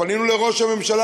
פנינו לראש הממשלה,